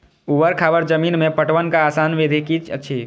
ऊवर खावर जमीन में पटवनक आसान विधि की अछि?